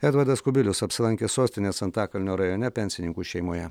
edvardas kubilius apsilankė sostinės antakalnio rajone pensininkų šeimoje